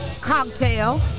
cocktail